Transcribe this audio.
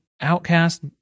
outcast